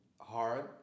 hard